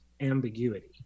ambiguity